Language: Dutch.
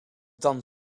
dan